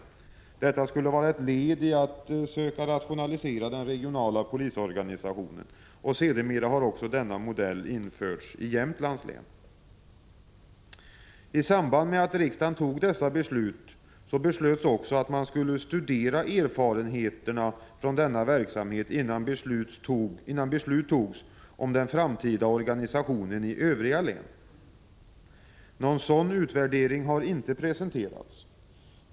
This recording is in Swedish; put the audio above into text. Detta skulle vara ett led i försöken att rationalisera den regionala polisorganisationen. Sedermera har denna modell införts också i Jämtlands län. I samband med att riksdagen tog dessa beslut, beslöts också att man skulle studera erfarenheterna från denna verksamhet innan beslut fattades om den framtida organisationen i övriga län. Någon sådan utvärdering har inte presenterats.